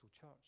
Church